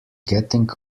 getting